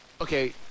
okay –